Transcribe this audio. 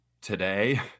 today